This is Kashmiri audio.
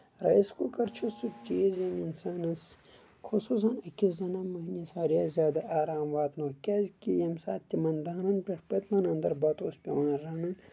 رَیِس کُکر چھُ سُہ چیٖز یٔمۍ اِنسانَس خصوٗصن أکِس زَنان موہنوِس واریاہ زیادٕ آرام واتنو کیازِ کہِ ییٚمہِ ساتہٕ تِمن دانن پٮ۪ٹھ پٔتلن اَنٛدر بَتہٕ اوٚس پیٚوان رَنُن